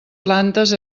plantes